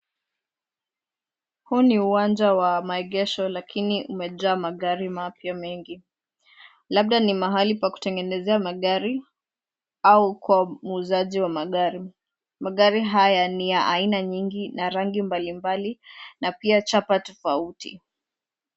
Huu ni uwanja wa maegesho lakini umejaa magari mapya mengi. Labda ni mahali pa kutengenezea magari au kwa muuzaji wa magari. Magari haya ni ya aina nyingi na rangi mbali mbali na pia chapa tofauti.